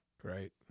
Great